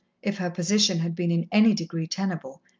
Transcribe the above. if her position had been in any degree tenable,